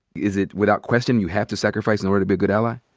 is it without question, you have to sacrifice in order to be a good ally?